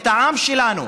את העם שלנו,